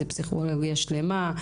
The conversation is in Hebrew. זאת פסיכולוגיה שלמה.